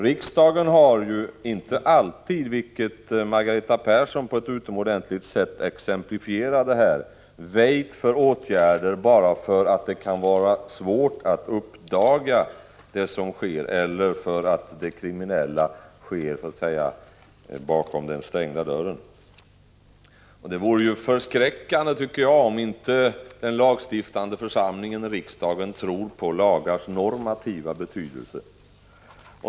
Riksdagen har inte alltid, vilket Margareta Persson på ett utomordentligt sätt exemplifierade här, väjt för åtgärder bara för att det kan vara svårt att uppdaga det som sker eller för att det kriminella sker bakom den stängda dörren. Det vore förskräckande om inte den lagstiftande församlingen, riksdagen, tror på lagars normativa betydelse.